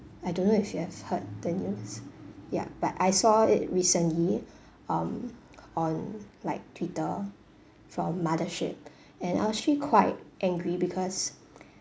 I don't know if you have heard the news ya but I saw it recently um on like twitter from mothership and I was actually quite angry because